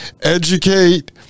educate